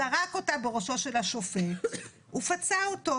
זרק אותה בראשו של השופט ופצע אותו.